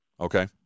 Okay